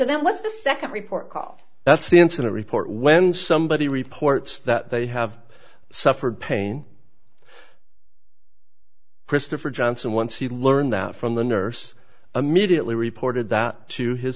so then what's the second report call that's the incident report when somebody reports that they have suffered pain christopher johnson once he learned that from the nurse immediately reported that to his